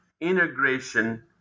integration